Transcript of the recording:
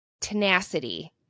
tenacity